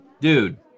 dude